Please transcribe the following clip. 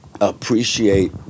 appreciate